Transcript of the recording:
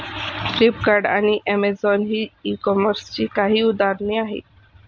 Flipkart आणि Amazon ही e कॉमर्सची काही उदाहरणे आहे